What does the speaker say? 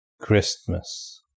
Christmas